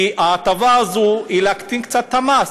כי ההטבה הזאת היא להקטין קצת את המס.